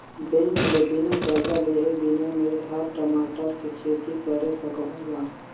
bank ले बिना करजा लेहे बिना में हर टमाटर के खेती करे सकहुँ गा